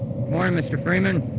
morning mister freeman,